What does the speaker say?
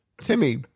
Timmy